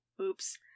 oops